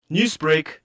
Newsbreak